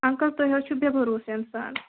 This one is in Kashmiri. اَنکٕل تُہۍ حظ چھِو بےٚ بروسہٕ انسان